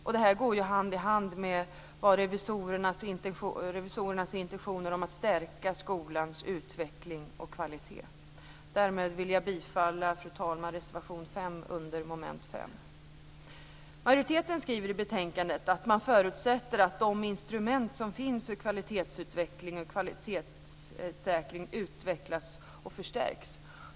Och detta går ju hand i hand med revisorernas intentioner om att stärka skolans utveckling och kvalitet. Fru talman! Därmed vill jag yrka bifall till reservation 5 Majoriteten skriver i betänkandet att man förutsätter att de instrument som finns för kvalitetsutveckling och kvalitetssäkring utvecklas och förstärks.